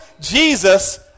Jesus